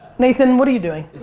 nathan, what are you doing?